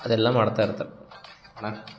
ಅದೆಲ್ಲ ಮಾಡ್ತಾ ಇರ್ತಾರೆ ಮತ್ತು